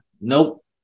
Nope